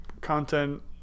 content